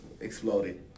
exploded